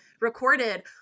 recorded